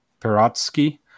Perotsky